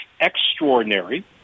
extraordinary